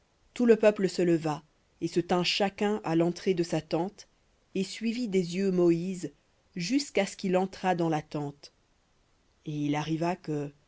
tout le peuple se leva et se tint chacun à l'entrée de sa tente et suivit des yeux moïse jusqu'à ce qu'il entra dans la tente et il arriva que